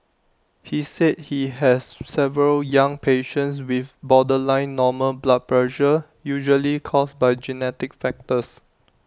he said he has several young patients with borderline normal blood pressure usually caused by genetic factors